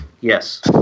Yes